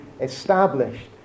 established